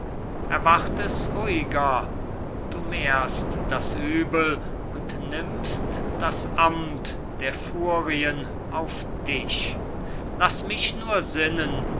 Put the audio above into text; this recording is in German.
erwart es ruhiger du mehrst das übel und nimmst das amt der furien auf dich laß mich nur sinnen